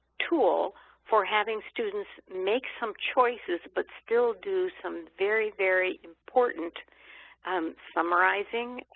tool for having students make some choices but still do some very, very important summarizing,